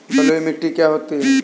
बलुइ मिट्टी क्या होती हैं?